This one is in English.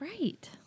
right